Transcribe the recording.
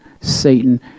Satan